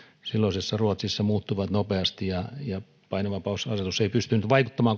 silloisessa ruotsissa muuttuivat nopeasti ja ja painovapausasetus ei pystynyt vaikuttamaan